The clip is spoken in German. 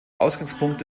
ausgangspunkt